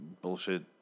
bullshit